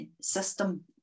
system